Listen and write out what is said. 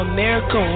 America